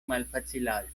malfacilaĵoj